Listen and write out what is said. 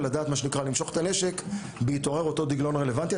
ולדעת מה שנקרא למשוך את הנשק בהתעורר אותו דגלון רלוונטי.